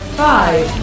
five